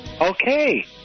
Okay